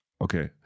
Okay